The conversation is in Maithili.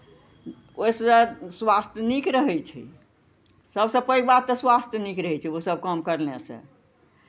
ओहिसँ स्वास्थ्य नीक रहै छै सभसँ पैघ बात तऽ स्वास्थ्य नीक रहै छै ओसभ काम करनेसँ